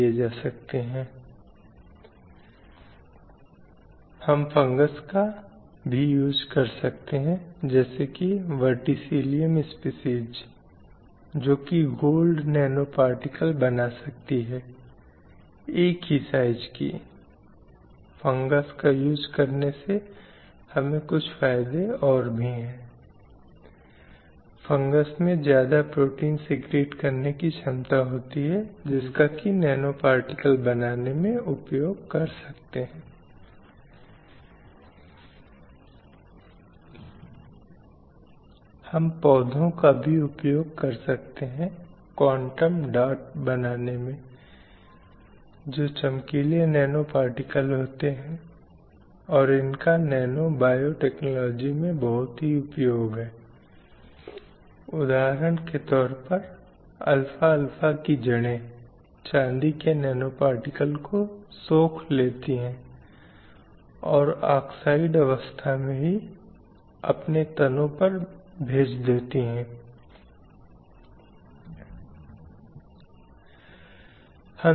अब वह एक हिंदी फिल्म थी जो शायद कुछ सालों पहले थी फिल्म की महिला नेता एक पुलिस वाले की भूमिका निभा रही थीचूंकि वह एक पुलिस अधिकारी थी और वह अपराधियों का पीछा करते हुए उन्हें पीटते हुए आपने काम के दौरान गाली गलौज करते हुए दिखायी गई थी अतः शीर्षक में लैंगिक अवधारणा बहुत अच्छी तरह से परिलक्षित होती है जो इसे नारी सुलभ से अधिक मर्दाना के रूप में देखती है क्योंकि एक पुरुष से वही उम्मीद की जाती है इसलिए यह ऐसा है जैसे कि इस समाज ने इस कहानी को लिखा है कि पुरुष और महिला को कैसा व्यवहार करना है और उन भूमिकाओं के संबंध में कुछ उम्मीदें हैं जिन्हें वे निभाने की उम्मीद करते हैं